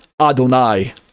Adonai